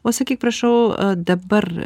o sakyk prašau dabar